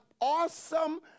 awesome